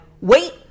wait